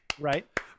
Right